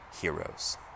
heroes